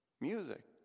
music